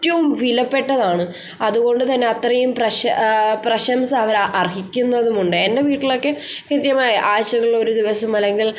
വിലപ്പെട്ടതാണ് അതുകൊണ്ട് തന്നെ അത്രയും പ്രശംസ അവർ അർഹിക്കുന്നതും ഉണ്ട് എൻ്റെ വീട്ടിലൊക്കെ കൃത്യമായ ആഴ്ചകളിൽ ഒരു ദിവസം അല്ലെങ്കിൽ